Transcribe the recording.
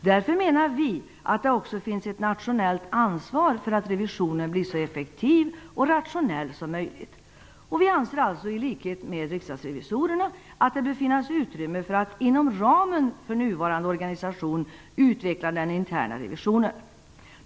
Därför menar vi att det också finns ett nationellt ansvar för att revisionen blir så effektiv och rationell som möjligt. Vi anser i likhet med riksdagsrevisorerna att det bör finnas utrymme för att inom ramen för nuvarande organisation utveckla den interna revisionen.